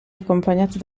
accompagnata